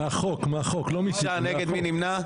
מי נמנע?